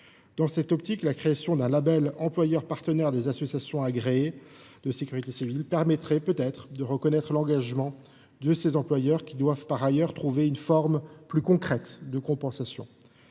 Dans cette perspective, la création d’un label « employeur partenaire des associations agréées de sécurité civile » permettrait de reconnaître l’engagement des employeurs, qui doivent par ailleurs trouver une forme de compensation